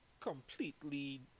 completely